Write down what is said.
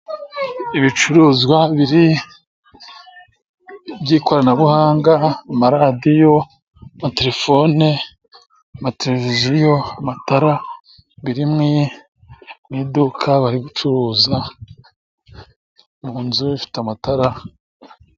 Ibicuruzwa by'ikoranabuhanga; amaradiyo na telefone na televiziyo, amatara biri mu iduka. Bari gucuruza mu nzu ifite amatara.